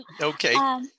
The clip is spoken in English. Okay